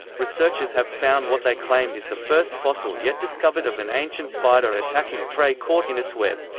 researchers have found what they claim is the first fossil yet discovered of an ancient spider attacking prey caught in its web.